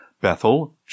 Bethel